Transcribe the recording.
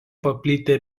paplitę